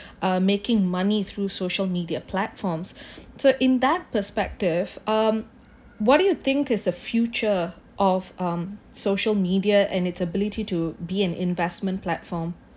uh making money through social media platforms so in that perspective um what do you think is the future of um social media and its ability to be an investment platform